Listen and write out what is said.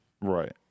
Right